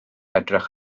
edrych